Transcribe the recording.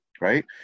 right